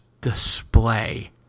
display